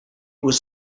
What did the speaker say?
was